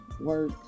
work